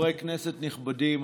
חברי כנסת נכבדים,